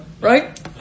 right